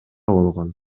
болгон